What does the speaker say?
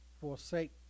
forsake